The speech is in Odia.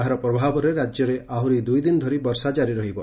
ଏହାର ପ୍ରଭାବରେ ରାକ୍ୟରେ ଆହୁରି ଦୁଇଦିନ ଧରି ବର୍ଷା କାରି ରହିବ